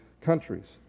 countries